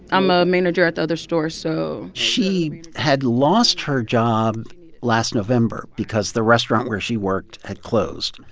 i'm a manager at the other store so she had lost her job last november because the restaurant where she worked had closed.